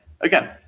again